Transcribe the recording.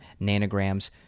nanograms